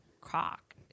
Croc